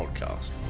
podcast